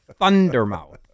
Thundermouth